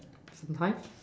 sometimes